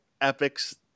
epics